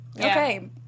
Okay